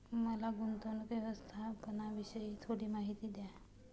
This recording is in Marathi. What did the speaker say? मला गुंतवणूक व्यवस्थापनाविषयी थोडी माहिती द्या